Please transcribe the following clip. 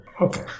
Okay